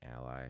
ally